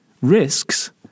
Risks